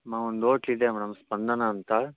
ಮಾ ಒಂದು ಹೋಟ್ಲಿದೆ ಮೇಡಮ್ ಸ್ಪಂದನ ಅಂತ